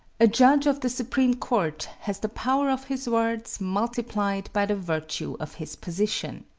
a judge of the supreme court has the power of his words multiplied by the virtue of his position.